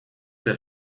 der